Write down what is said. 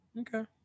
Okay